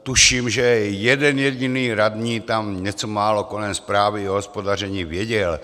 Tuším, že jeden jediný radní tam něco málo kolem zprávy hospodaření věděl.